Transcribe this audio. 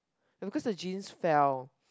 because the jeans fell